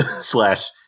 slash